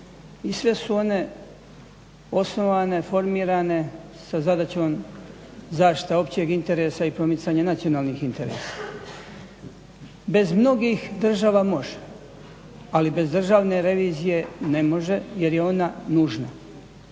i sve su one osnovane, formirane sa zadaćom zaštita općeg interesa i promicanje nacionalnih interesa. Bez mnogih država može, ali bez Državne revizije ne može jer je ona nužna.